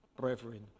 brethren